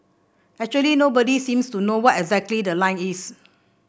actually nobody seems to know what exactly the line is